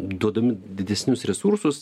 duodami didesnius resursus